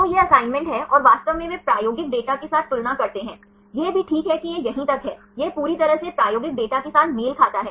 तो यह असाइनमेंट है और वास्तव में वे प्रायोगिक डेटा के साथ तुलना करते हैं यह भी ठीक है कि यह यहीं तक है यह पूरी तरह से प्रायोगिक डेटा के साथ मेल खाता है